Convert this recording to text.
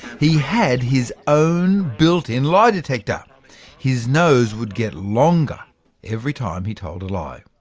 he had his own built-in lie detector his nose would get longer every time he told a lie.